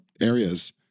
areas